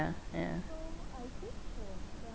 yeah